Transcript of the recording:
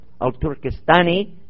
Al-Turkistani